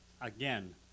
again